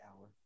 hour